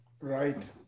Right